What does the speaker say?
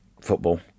football